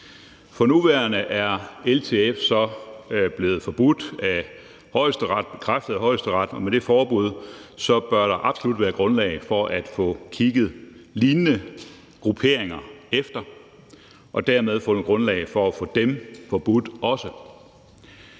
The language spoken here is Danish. For nuværende er LTF så blevet forbudt, stadfæstet af Højesteret, og med det forbud bør der absolut være grundlag for at få kigget lignende grupperinger efter og dermed også grundlag for at få dem forbudt.